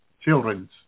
children